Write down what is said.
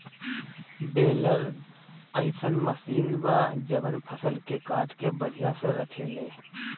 baler अइसन machine बा जवन फसल के काट के बढ़िया से रखेले